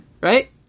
Right